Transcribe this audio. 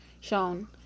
shown